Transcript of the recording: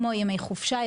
ימי חופשה,